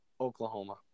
Oklahoma